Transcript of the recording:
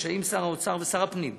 ורשאים שר האוצר ושר הפנים,